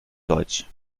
deutsch